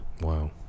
Wow